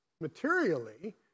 materially